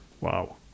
wow